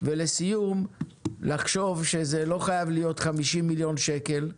ולסיום, לחשוב שזה לא חייב להיות 50 מיליון שקל.